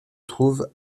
trouve